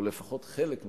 או לפחות חלק מחבריה,